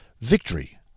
victory